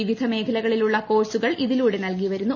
വിവിധ മേഖലകളിലുളള കോഴ്സുകൾ ഇതിലൂടെ നൽകി വരുന്നു